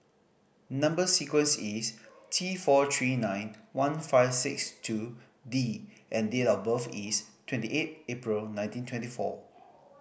number sequence is T four three nine one five six two D and date of birth is twenty eight April nineteen twenty four